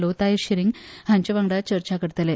लोताय शिरींग हांचे वांगडा चर्चा करतले